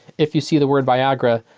if you see the word viagra,